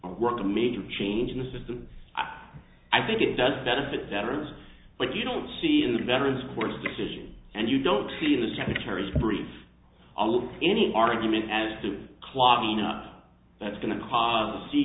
work a major change in the system i think it does benefit veterans like you don't see in the veterans court's decision and you don't see the secretary's brief a little any argument as to clogging up that's going to cause a sea